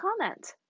comment